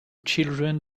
children